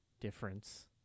difference